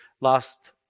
last